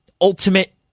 ultimate